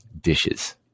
dishes